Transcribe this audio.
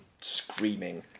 screaming